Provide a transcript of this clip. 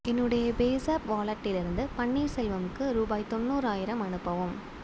என்னுடைய பேஸாப் வாலட்டிலிருந்து பன்னீர் செல்வமுக்கு ரூபாய் தொண்ணுாறாயிரம் அனுப்பவும்